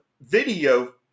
video